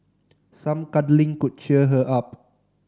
some cuddling could cheer her up